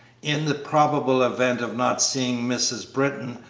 in the probable event of not seeing mrs. britton,